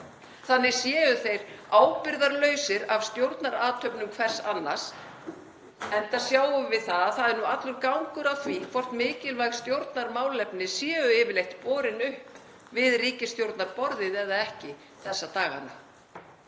Þannig séu þeir ábyrgðarlausir af stjórnarathöfnum hver annars, enda sjáum við að það er allur gangur á því hvort mikilvæg stjórnarmálefni séu yfirleitt borin upp við ríkisstjórnarborðið eða ekki þessa dagana.